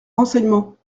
renseignements